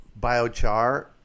biochar